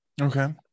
Okay